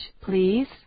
please